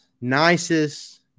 nicest